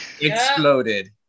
Exploded